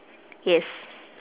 yes